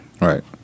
Right